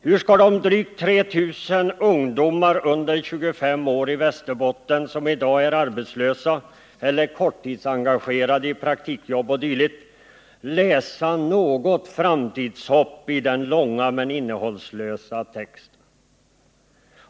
Hur skall de drygt 3 000 ungdomar under 25 år i Västerbotten som i dag är arbetslösa eller korttidsengagerade i praktikjobb 0. d. läsa ut något framtidshopp av den långa men innehållslösa texten?